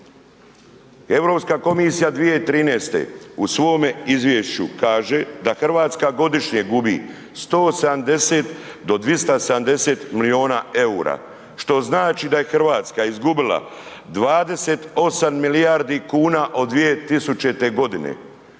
Europska komisija 2013. u svome izvješću kaže da Hrvatska godišnje gubi 170 do 270 milijuna eura, što znači da je Hrvatska izgubila 28 milijardi kuna od 2000. godine,